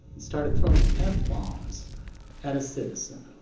started throwing f bombs at a citizen.